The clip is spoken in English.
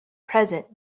present